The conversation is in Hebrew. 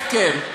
הפקר.